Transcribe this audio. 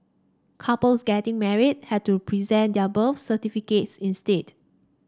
couples getting married had to present their birth certificates instead